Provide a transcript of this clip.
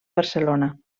barcelona